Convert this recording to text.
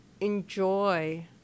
enjoy